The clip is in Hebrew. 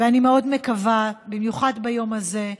ואני מאוד מקווה, במיוחד ביום הזה,